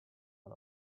out